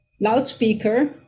loudspeaker